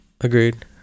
agreed